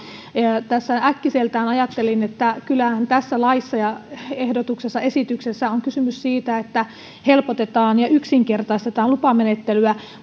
äkkiseltään ajattelin että kyllähän tässä laissa ja esityksessä on kysymys siitä että helpotetaan ja yksinkertaistetaan lupamenettelyä